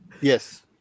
Yes